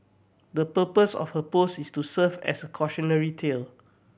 the purpose of her post is to serve as a cautionary tale